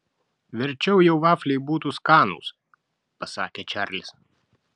verčiau jau vafliai būtų skanūs pasakė čarlis